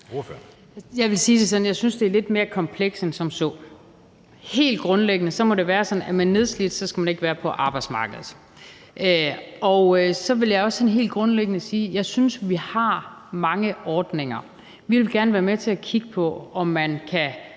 Jeg vil sige det sådan, at jeg synes, det er lidt mere komplekst end som så. Helt grundlæggende må det være sådan, at er man nedslidt, skal man ikke være på arbejdsmarkedet. Og så vil jeg også sådan helt grundlæggende sige, at jeg synes, vi har mange ordninger. Vi vil gerne være med til at kigge på, om man kan